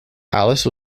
alice